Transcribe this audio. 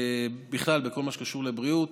בכלל בכל מה שקשור לבריאות,